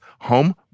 home